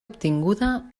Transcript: obtinguda